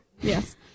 Yes